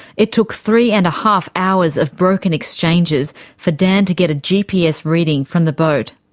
it took three-and-a-half hours of broken exchanges for dan to get a gps reading from the boat.